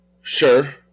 Sure